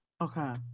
okay